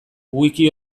wiki